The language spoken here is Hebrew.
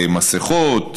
מסכות,